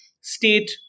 state